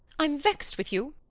i'm vexed with you.